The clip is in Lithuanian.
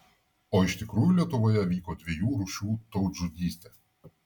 o iš tikrųjų lietuvoje vyko dviejų rūšių tautžudystė